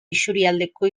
isurialdeko